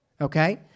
Okay